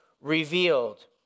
revealed